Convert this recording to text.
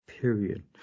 Period